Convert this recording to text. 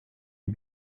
you